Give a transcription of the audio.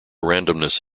randomness